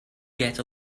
get